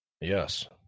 Yes